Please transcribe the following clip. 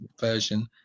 version